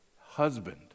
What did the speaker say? husband